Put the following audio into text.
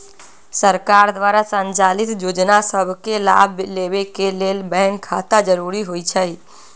सरकार द्वारा संचालित जोजना सभके लाभ लेबेके के लेल बैंक खता जरूरी होइ छइ